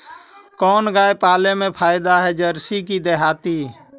कोन गाय पाले मे फायदा है जरसी कि देहाती?